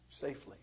safely